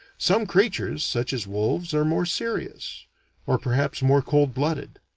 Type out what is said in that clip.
some creatures, such as wolves, are more serious or perhaps more cold-blooded.